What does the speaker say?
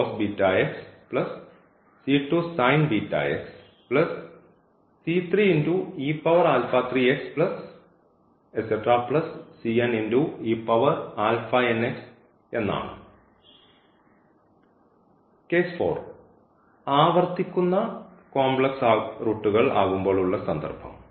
case 4 ആവർത്തിക്കുന്ന complex റൂട്ടുകൾ ആകുമ്പോൾ ഉള്ള സന്ദർഭം